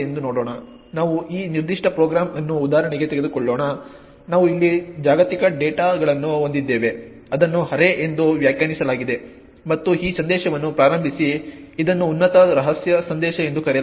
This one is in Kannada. ನಾವು ಈ ನಿರ್ದಿಷ್ಟ ಪ್ರೋಗ್ರಾಂ ಅನ್ನು ಉದಾಹರಣೆಗೆ ತೆಗೆದುಕೊಳ್ಳೋಣ ನಾವು ಇಲ್ಲಿ ಜಾಗತಿಕ ಡೇಟಾ ಗಳನ್ನು ಹೊಂದಿದ್ದೇವೆ ಅದನ್ನು ಅರೇ ಎಂದು ವ್ಯಾಖ್ಯಾನಿಸಲಾಗಿದೆ ಮತ್ತು ಈ ಸಂದೇಶವನ್ನು ಪ್ರಾರಂಭಿಸಿ ಇದನ್ನು ಉನ್ನತ ರಹಸ್ಯ ಸಂದೇಶ ಎಂದು ಕರೆಯಲಾಗುತ್ತದೆ